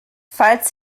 falls